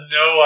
no